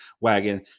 wagon